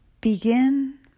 Begin